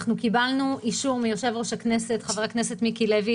קיבלנו אישור מיושב-ראש הכנסת חבר הכנסת מיקי לוי,